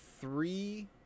three